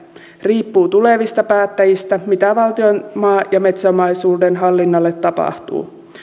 riippuu tulevista päättäjistä mitä valtion maa ja metsäomaisuuden hallinnalle tapahtuu